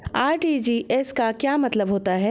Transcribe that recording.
RTGS का क्या मतलब होता है?